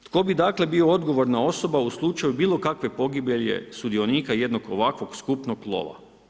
Tko bi dakle, bio odgovoran osoba u slučaju bilo kakve pogibeljne sudionika jednog ovakvog skupnog lova.